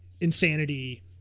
insanity